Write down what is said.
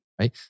right